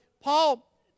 Paul